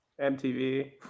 MTV